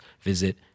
visit